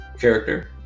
character